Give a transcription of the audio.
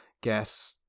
get